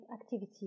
activities